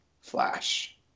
Flash